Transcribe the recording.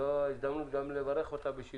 זאת גם הזדמנות לברך את חברת הכנסת שרן